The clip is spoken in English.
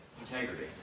Integrity